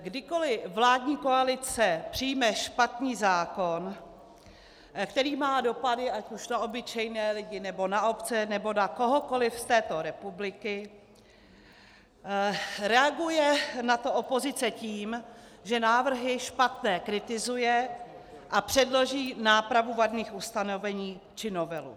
Kdykoli vládní koalice přijme špatný zákon, který má dopady ať už na obyčejné lidi, nebo na obce, nebo na kohokoli z této republiky, reaguje na to opozice tím, že návrhy špatné kritizuje a předloží nápravu vadných ustanovení či novelu.